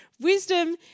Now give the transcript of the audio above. Wisdom